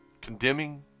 Condemning